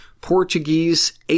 Portuguese